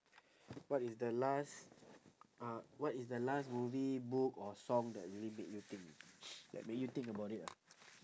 what is the last uh what is the last movie book or song that really make you think that make you think about it lah